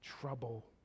trouble